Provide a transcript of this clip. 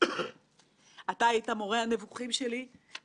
יכול היה להתרשם מהסבלנות, הקשב וההעמקה ההדדיים.